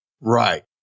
Right